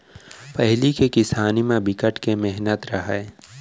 पहिली के किसानी म बिकट के मेहनत रहय